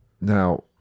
now